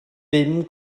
bum